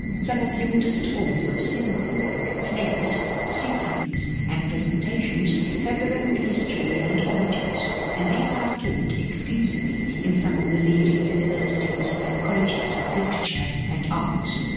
some of the oldest forms of cinema like plays, symphonies and presentations have their own history and origins and these are taught exclusively in some of the leading universities and colleges of literature and arts.